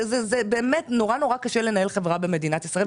זה באמת נורא קשה לנהל חברה במדינת ישראל,